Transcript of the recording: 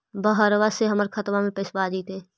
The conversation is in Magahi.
बहरबा से हमर खातबा में पैसाबा आ जैतय?